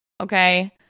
Okay